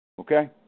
Okay